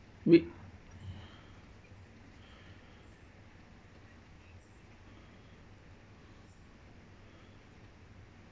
we